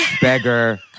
beggar